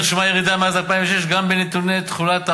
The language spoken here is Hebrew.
נרשמה ירידה מאז 2006 גם בנתוני תחולת העוני,